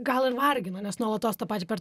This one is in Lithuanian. gal ir vargino nes nuolatos tą patį per